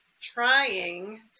trying